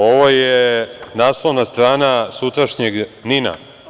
Ovo je naslovna strana sutrašnjeg NIN-a.